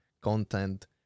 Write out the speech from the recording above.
content